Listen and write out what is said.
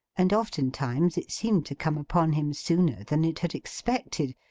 and oftentimes it seemed to come upon him sooner than it had expected,